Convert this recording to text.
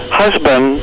husband